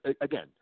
again